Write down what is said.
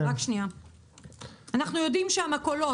אנחנו יודעים שהמכולות,